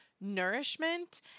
nourishment